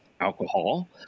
alcohol